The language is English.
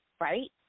right